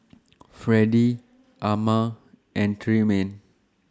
Fredie Ama and Tremaine